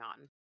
on